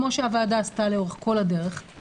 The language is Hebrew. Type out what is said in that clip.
כמו שהוועדה עשתה לאורך כל הדרך,